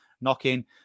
knocking